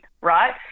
right